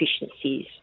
efficiencies